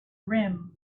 rim